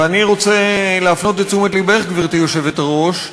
ואני רוצה להפנות את תשומת לבך, גברתי היושבת-ראש,